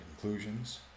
conclusions